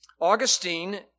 Augustine